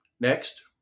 Next